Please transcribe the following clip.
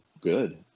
good